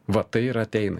va tai ir ateina